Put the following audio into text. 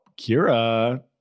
Kira